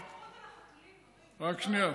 שנייה.